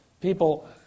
people